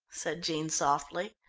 said jean softly.